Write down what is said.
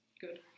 good